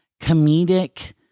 comedic